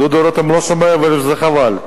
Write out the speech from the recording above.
דודו רותם לא שומע, וזה חבל.